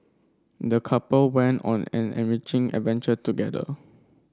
the couple went on an enriching adventure together